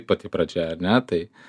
pati pradžia ar ne tai